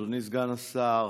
אדוני סגן השר,